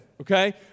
okay